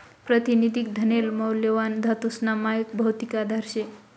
प्रातिनिधिक धनले मौल्यवान धातूसना मायक भौतिक आधार शे